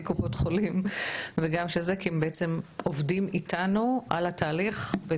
קופות חולים וגם של זה כי הם בעצם עובדים איתנו על התהליך.